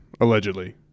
Allegedly